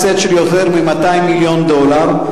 הפסד של יותר מ-200 מיליון דולר.